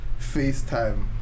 FaceTime